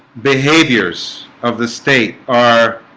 behaviors of the state are